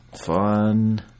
fun